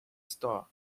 store